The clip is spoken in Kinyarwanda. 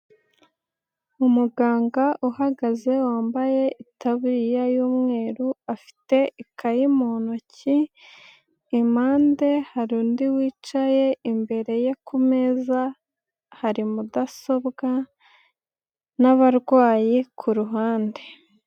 Umuganga uhagaze wambaye itaburiya y'umweru afite ikayi mu ntoki, impande hari undi wicaye imbere ye ku meza hari mudasobwa n'abarwayi ku ruhande.